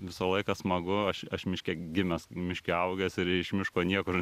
visą laiką smagu aš aš miške gimęs miške augęs ir iš miško niekur